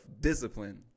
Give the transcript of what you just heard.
discipline